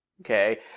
Okay